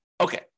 Okay